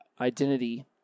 identity